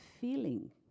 feeling